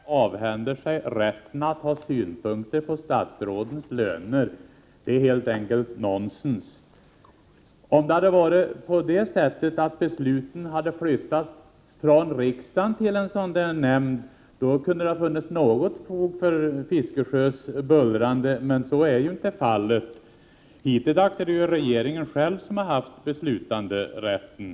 Herr talman! Bertil Fiskesjö påstår att vpk t.o.m. avhänder sig rätten att ha synpunker på statsrådens löner. Det är helt enkelt nonsens. Om besluten hade flyttats från riksdagen till en sådan där nämnd, kunde det ha funnits något fog för Bertil Fiskesjös bullrande, men så är ju inte fallet. Hittilldags är det regeringen själv som har haft beslutanderätten.